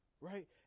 right